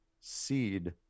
Seed